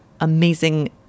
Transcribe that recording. amazing